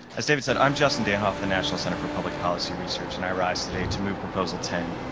as david said, i'm justin danhof, the national center for public policy research. and i rise today to move proposal ten.